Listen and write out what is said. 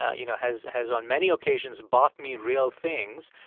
ah you know, has has on many occasions bought me real things.